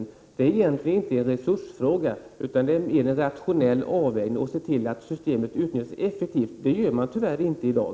Detta är egentligen inte en resursfråga, utan mer en fråga om rationella avvägningar och att man ser till att systemet utvecklas effektivt. Det gör man tyvärr inte i dag.